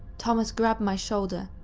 thomas grabbed my shoulder,